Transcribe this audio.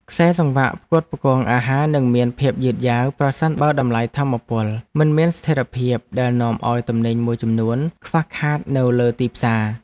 ខ្សែសង្វាក់ផ្គត់ផ្គង់អាហារនឹងមានភាពយឺតយ៉ាវប្រសិនបើតម្លៃថាមពលមិនមានស្ថិរភាពដែលនាំឱ្យទំនិញមួយចំនួនខ្វះខាតនៅលើទីផ្សារ។